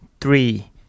three